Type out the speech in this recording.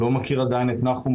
אני לא מכיר עדיין את נחום,